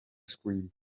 scream